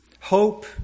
hope